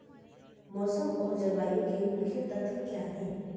मौसम और जलवायु के मुख्य तत्व क्या हैं?